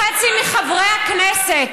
חצי מחברי הכנסת,